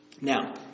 Now